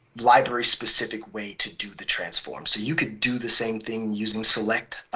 library specific way to do the transform. so you could do the same thing using select,